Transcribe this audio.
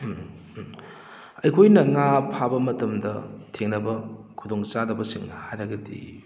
ꯑꯩꯈꯣꯏꯅ ꯉꯥ ꯐꯥꯕ ꯃꯇꯝꯗ ꯊꯦꯡꯅꯕ ꯈꯨꯗꯣꯡ ꯆꯥꯗꯕꯁꯤꯡ ꯍꯥꯏꯔꯒꯗꯤ